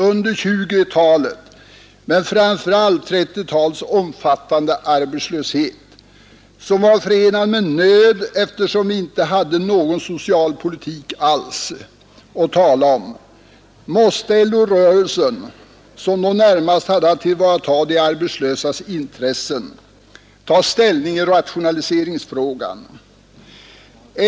Under 1920-talets men framför allt under 1930-talets omfattande arbetslöshet som var förenad med nöd eftersom vi inte hade någon socialpolitik alls att tala om, måste LO-rörelsen, som då närmast hade att tillvarata de arbetslösas intressen, ta ställning i rationaliseringsfrågan.